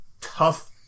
tough